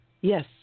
Yes